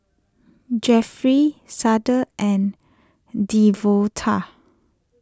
Jefferey Cade and Devonta